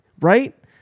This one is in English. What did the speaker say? right